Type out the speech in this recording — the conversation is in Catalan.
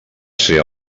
ser